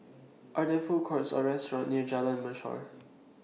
Are There Food Courts Or restaurants near Jalan Mashor